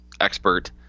expert